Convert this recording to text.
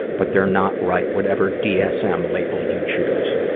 but they're not right, whatever dsm label you choose.